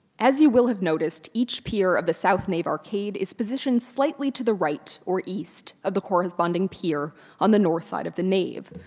as you will have noticed, each pier of the south nave arcade is positioned slightly to the right or east of the corresponding pier on the north side of the nave.